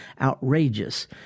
outrageous